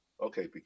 Okay